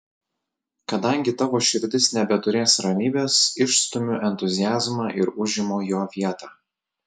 kadangi tavo širdis nebeturės ramybės išstumiu entuziazmą ir užimu jo vietą